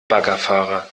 baggerfahrer